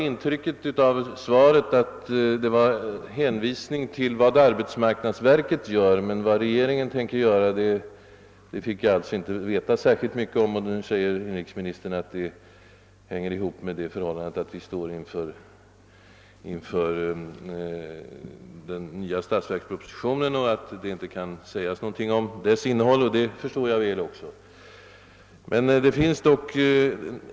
I svaret hänvisades emellertid bara till vad arbetsmarknadsverket gör, men vad regeringen tänker göra fick jag inte veta så mycket om. Inrikesministern säger nu att detta beror på att den nya statsverkspropositionen snart skall läggas fram och att det inte går att säga någonting om dess innehåll. Det förstår jag naturligtvis.